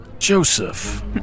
Joseph